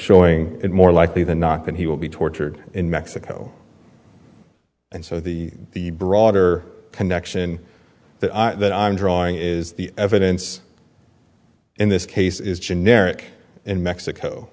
showing it more likely than not that he will be tortured in mexico and so the broader connection that i'm drawing is the evidence in this case is generic in mexico